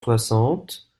soixante